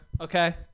okay